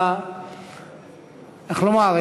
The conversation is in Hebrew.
איך לומר,